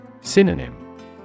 Synonym